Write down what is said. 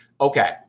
Okay